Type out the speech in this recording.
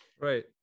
right